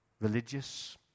Religious